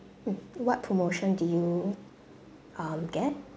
mm what promotion did you um get